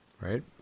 Right